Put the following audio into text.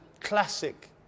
classic